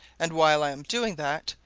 and while i'm doing that,